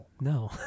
no